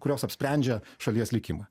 kurios apsprendžia šalies likimą